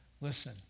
listen